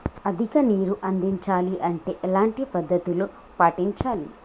అధిక నీరు అందించాలి అంటే ఎలాంటి పద్ధతులు పాటించాలి?